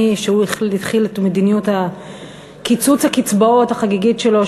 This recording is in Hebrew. משהוא התחיל את מדיניות קיצוץ הקצבאות החגיגית שלו,